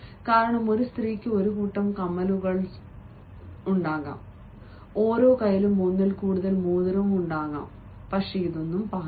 പ്രത്യേകിച്ചും ഒരു സ്ത്രീക്ക് ഒരു കൂട്ടം കമ്മലുകൾ ചെയ്യും ഓരോ കൈയിലും ഒന്നിൽ കൂടുതൽ മോതിരം ഉണ്ടാകാൻ പാടില്ല